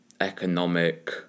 economic